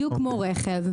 בדיוק כמו רכב.